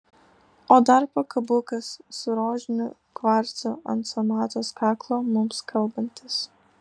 o dar pakabukas su rožiniu kvarcu ant sonatos kaklo mums kalbantis